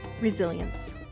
Resilience